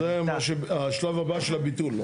אז זה השלב הבא של הביטול.